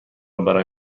برای